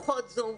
פחות זום.